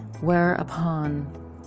whereupon